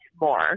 more